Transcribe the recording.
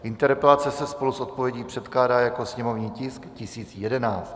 Interpelace se spolu s odpovědí předkládá jako sněmovní tisk 1011.